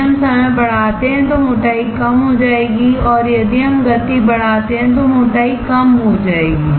यदि हम समय बढ़ाते हैं तो मोटाई कम हो जाएगी और यदि हम गति बढ़ाते हैं तो मोटाई कम हो जाएगी